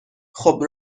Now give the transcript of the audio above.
خوب